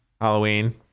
Halloween